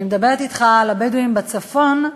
אני מדברת אתך על הבדואים בצפון,